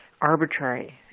arbitrary